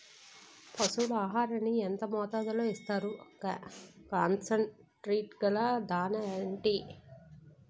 పశువుల ఆహారాన్ని యెంత మోతాదులో ఇస్తారు? కాన్సన్ ట్రీట్ గల దాణ ఏంటి?